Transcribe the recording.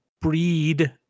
breed